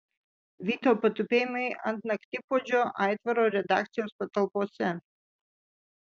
vito patupėjimai ant naktipuodžio aitvaro redakcijos patalpose